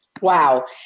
Wow